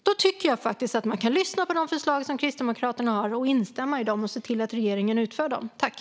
Då tycker jag att man kan lyssna på Kristdemokraternas förslag, instämma i dem och se till att regeringen genomför det vi föreslår.